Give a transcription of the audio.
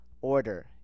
order